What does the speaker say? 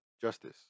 justice